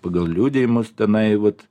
pagal liudijimus tenai vat